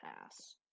pass